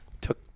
took